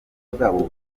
bwabo